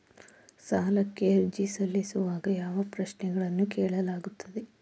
ಸಾಲಕ್ಕೆ ಅರ್ಜಿ ಸಲ್ಲಿಸುವಾಗ ಯಾವ ಪ್ರಶ್ನೆಗಳನ್ನು ಕೇಳಲಾಗುತ್ತದೆ?